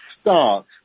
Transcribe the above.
start